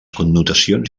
connotacions